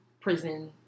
prison